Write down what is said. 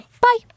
Bye